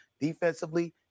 Defensively